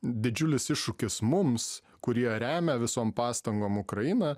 didžiulis iššūkis mums kurie remia visom pastangom ukrainą